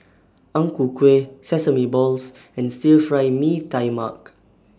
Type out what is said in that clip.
Ang Ku Kueh Sesame Balls and Stir Fry Mee Tai Mak